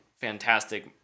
Fantastic